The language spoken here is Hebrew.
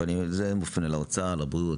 אבל זה מופנה לאוצר ולבריאות.